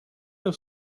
have